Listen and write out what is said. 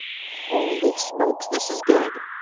holy smokes this is good.